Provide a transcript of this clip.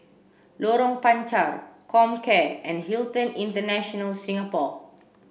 Lorong Panchar Comcare and Hilton International Singapore